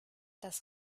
das